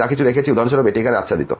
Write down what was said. উদাহরণস্বরূপ এটি এখানে আচ্ছাদিত